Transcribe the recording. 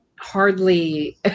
hardly